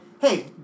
hey